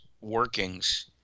workings